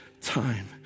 time